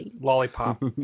Lollipop